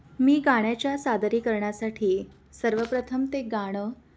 मी गाण्याच्या सादरीकरणासाठी सर्वप्रथम ते गाणं